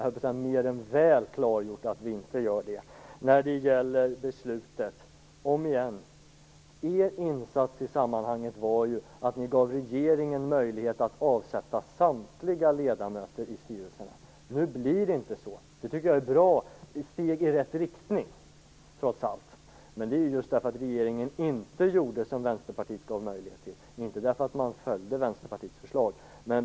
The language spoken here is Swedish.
Det är mer än väl klargjort att vi inte gör det. Er insats i sammanhanget var att ni gav regeringen möjlighet att avsätta samtliga ledamöter i styrelserna. Nu blir det inte så, och det tycker jag är bra. Det är trots allt ett steg i rätt riktning. Men det är just för att regeringen inte gjorde det som Vänsterpartiet gav möjlighet till - inte för att man följde Vänsterpartiets förslag.